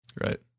Right